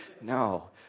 No